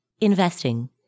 Investing